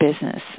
business